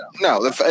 no